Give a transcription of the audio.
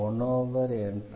1n